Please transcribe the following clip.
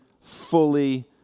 fully